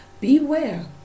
Beware